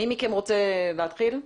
מי מכם רוצה להתחיל?